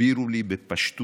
תסבירו לי בפשטות